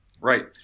Right